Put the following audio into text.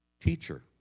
Teacher